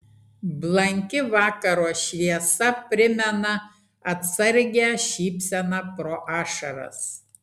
blanki vakaro šviesa primena atsargią šypseną pro ašaras